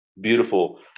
beautiful